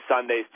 Sunday's